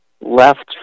left